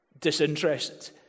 disinterested